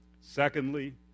Secondly